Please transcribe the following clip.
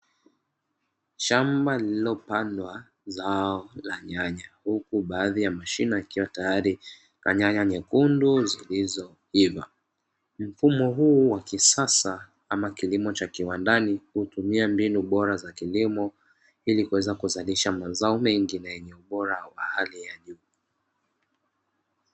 Shamba lililopandwa zao la nyanya huku baadhi ya mashina yakiwa tayari na nyanya nyekundu zilizoiva, mfumo huu wa kisasa ama mfumo wa kilimo hutumia mbinu bora za kilimo ili kuweza kuzalisha mazao mengi na yenye ubora wa hali ya juu.